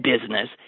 business